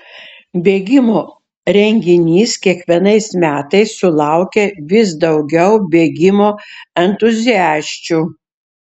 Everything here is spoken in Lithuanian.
bėgimo renginys kiekvienais metais sulaukia vis daugiau bėgimo entuziasčių